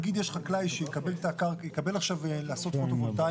נגיד יש חקלאי שיקבל עכשיו לעשות פוטו-וולטאי